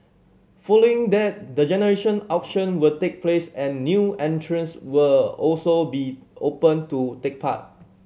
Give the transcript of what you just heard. following that the general auction will take place and the new entrants will also be open to take part